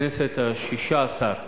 בכנסת השש-עשרה